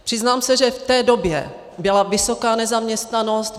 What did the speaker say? Přiznám se, že v té době byla vysoká nezaměstnanost.